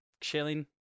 chilling